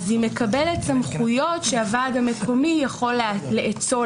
היא מקבלת סמכויות שהוועד המקומי יכול לאצול